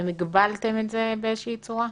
אתם הגבלתם את זה באיזה שהיא צורה?